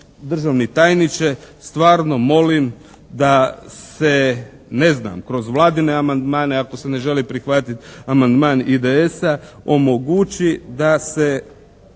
državni tajniče, stvarno molim da se ne znam, kroz Vladine amandmane ako se ne žele prihvatit amandman IDS-a, omogući da se